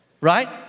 Right